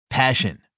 Passion